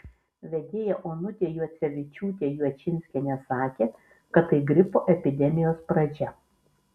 vedėja onutė juocevičiūtė juočinskienė sakė kad tai gripo epidemijos pradžia